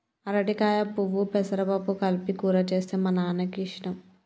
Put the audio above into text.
అరటికాయ పువ్వు పెసరపప్పు కలిపి కూర చేస్తే మా నాన్నకి ఇష్టం